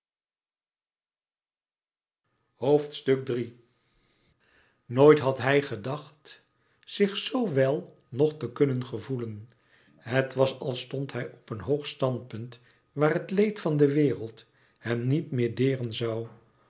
nooit had hij gedacht zich zoo wel nog te kunnen gevoelen het was als stond hij op een hoog standpunt waar het leed van de wereld louis couperus metamorfoze hem niet meer deren zoû